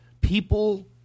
people